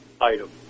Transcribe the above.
item